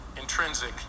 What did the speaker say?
intrinsic